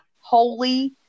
holy